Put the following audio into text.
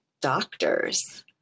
doctors